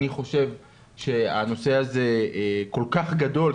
אני חושב שהנושא הזה כל כך גדול,